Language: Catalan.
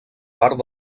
part